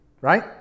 right